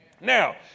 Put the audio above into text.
Now